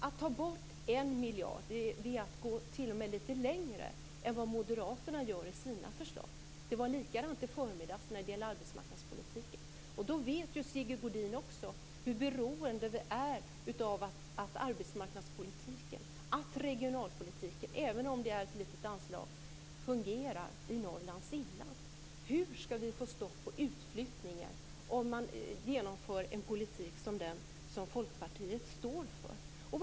Att föreslå en minskning med en miljard är t.o.m. att gå längre än vad moderaterna gör i sina förslag. Det var likadant i förmiddags när det gällde arbetsmarknadspolitiken. Också Sigge Godin vet hur beroende vi är av att arbetsmarknadspolitiken och regionalpolitiken - även om det är ett litet anslag - fungerar i Norrlands inland. Hur skall vi få stopp på utflyttningarna om vi genomför en politik som den som Folkpartiet står för?